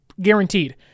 Guaranteed